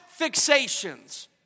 fixations